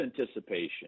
anticipation